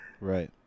right